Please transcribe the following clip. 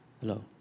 Hello